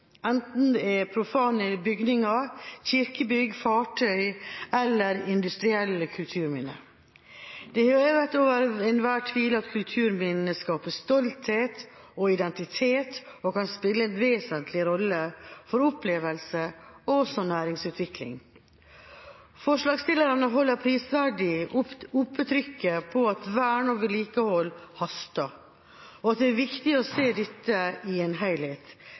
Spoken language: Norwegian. enten det er profane bygninger, kirkebygg, fartøy eller industrielle kulturminner. Det er hevet over enhver tvil at kulturminnene skaper stolthet og identitet og kan spille en vesentlig rolle for opplevelse og næringsutvikling. Forslagsstillerne holder prisverdig oppe trykket på at vern og vedlikehold haster, og at det er viktig å se dette i en